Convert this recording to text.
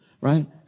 Right